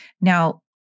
Now